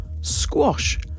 squash